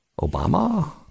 Obama